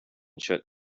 shut